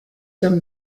them